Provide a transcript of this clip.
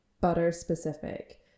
butter-specific